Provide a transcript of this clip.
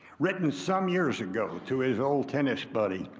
written some years ago to his old tennis buddy.